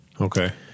Okay